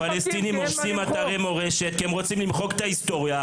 הפלסטינים הורסים אתרי מורשת כי הם רוצים למחוק את ההיסטוריה,